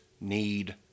need